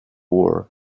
war